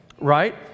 Right